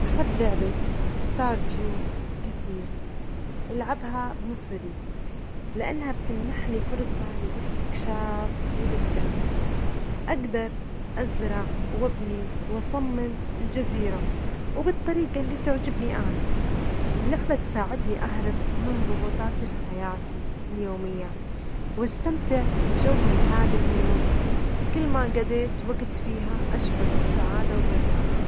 أحب لعبة ستار ديو كثيرا ، ألعبها بمفردي لأنها بتمنحني فرصة للاستكشاف والإبداع، أجدر أزرع وأبني وأصمم الجزيرة وبالطريجة اللي تعجبني أنا، اللعبة تساعدني على الهروب من ضغوطات الحياة اليومية وأستمتع بجوها الهادئ والممتع، كلما جضيت وجت فيها أشعر بالسعادة والراحة.